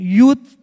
youth